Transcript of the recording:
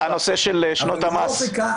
אז אם הוא חיכה,